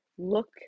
look